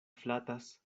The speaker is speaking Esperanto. flatas